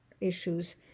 issues